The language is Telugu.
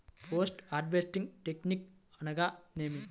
పోస్ట్ హార్వెస్టింగ్ టెక్నిక్ అనగా నేమి?